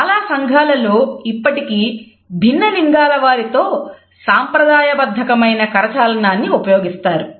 చాలా సంఘాలలో ఇప్పటికీ భిన్న లింగాల వారితో సాంప్రదాయబద్ధమైన కరచాలనను ఉపయోగిస్తారు